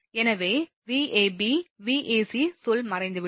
எனவே Vab Vac சொல் மறைந்துவிடும்